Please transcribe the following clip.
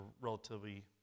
relatively